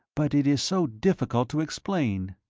but it is so difficult to explain.